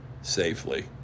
Safely